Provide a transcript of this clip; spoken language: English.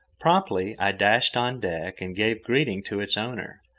promptly i dashed on deck and gave greeting to its owner,